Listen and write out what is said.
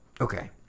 okay